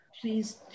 please